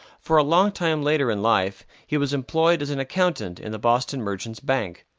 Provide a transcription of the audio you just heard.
for a long time later in life he was employed as an accountant in the boston merchants' bank.